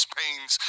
pains